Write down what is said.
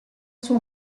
sua